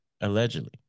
Allegedly